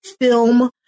film